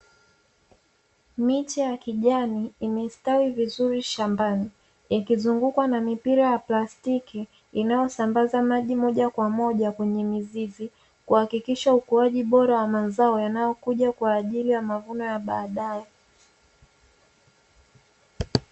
MIche ya kijani imestawi vizuri shambani, ikizungukwa na mipira ya plastiki inayosambaza maji moja kwa moja kwenye mizizi, kuhakikisha ukuaji bora wa mazao yanayokuja kwajili mavuno ya baadae.